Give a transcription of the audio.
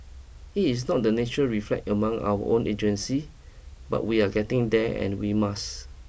it is not the natural reflex among our own agency but we are getting there and we must